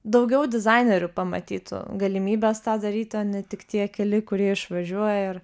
daugiau dizainerių pamatytų galimybės tą daryti o ne tik tie keli kurie išvažiuoja ir